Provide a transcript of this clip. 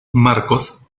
marcos